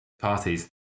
parties